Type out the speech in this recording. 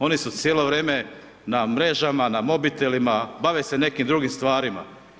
Oni su cijelo vrijeme, na mrežama na mobitelima, bave se nekim drugim stvarima.